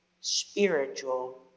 spiritual